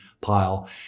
pile